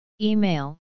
Email